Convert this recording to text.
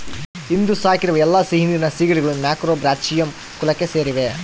ಇಂದು ಸಾಕಿರುವ ಎಲ್ಲಾ ಸಿಹಿನೀರಿನ ಸೀಗಡಿಗಳು ಮ್ಯಾಕ್ರೋಬ್ರಾಚಿಯಂ ಕುಲಕ್ಕೆ ಸೇರಿವೆ